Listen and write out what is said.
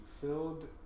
filled